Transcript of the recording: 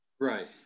Right